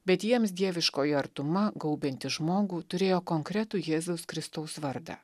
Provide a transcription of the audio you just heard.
bet jiems dieviškoji artuma gaubianti žmogų turėjo konkretų jėzaus kristaus vardą